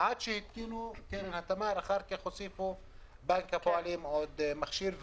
עד שהתקינו קרן התמר ואחר כך גם בנק הפועלים הוסיפו עוד מכשיר.